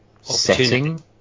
setting